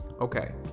okay